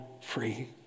free